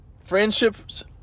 Friendships